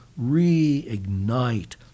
reignite